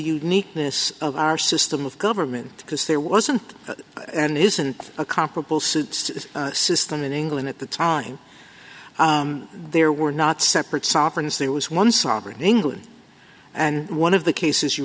uniqueness of our system of government because there wasn't and isn't a comparable suits system in england at the time there were not separate sovereigns there was one sovereign in england and one of the cases you